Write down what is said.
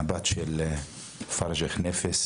הבת של פרג' חניפס,